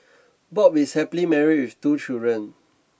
Bob is happily married with two children